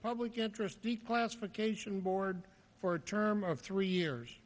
public interest declassification board for a term of three years